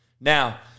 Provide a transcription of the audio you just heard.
Now